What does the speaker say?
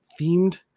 themed